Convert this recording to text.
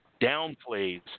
downplays